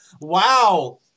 wow